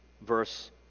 verse